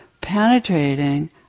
penetrating